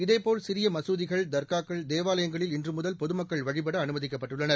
இதேபோல் சிறிய மசூதிகள் தர்காக்கள் தேவாலயங்களில் இன்று முதல் பொதுமக்கள் வழிபட அனுமதிக்கப்பட்டுள்ளனர்